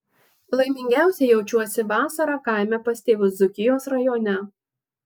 laimingiausia jaučiuosi vasarą kaime pas tėvus dzūkijos rajone